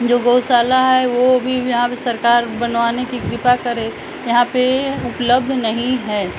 जो गौशाला है वो भी यहाँ पर सरकार बनवाने की कृपा करे यहाँ पर उपलब्ध नहीं है